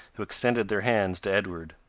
who extended their hands to edward.